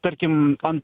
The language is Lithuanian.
tarkim ant